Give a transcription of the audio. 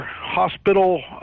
hospital